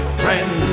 friend